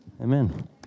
Amen